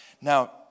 Now